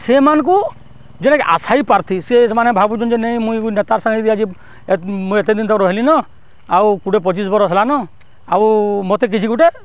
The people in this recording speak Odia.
ସେମାନ୍କୁ ଯେନ୍ଟାକି ଆଶାୟୀ ପ୍ରାର୍ଥୀ ସେ ସେମାନେ ଭାବୁଚନ୍ ଯେ ନାଇଁ ମୁଇଁ ବି ନେତାର୍ ସାଙ୍ଗେ ଯଦି ଆଜି ମୁଇଁ ଏତେ ଦିନ୍ ତ ରହେଲି ନ ଆଉ କୁଡ଼େ ପଚିଶ୍ ବରଷ୍ ତ ହେଲାନ ଆଉ ମତେ କିଛି ଗୁଟେ